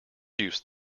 juice